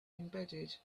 embedded